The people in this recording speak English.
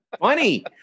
Funny